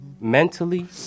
Mentally